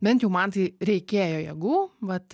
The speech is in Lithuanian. bent jau man tai reikėjo jėgų vat